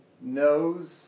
knows